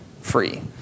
free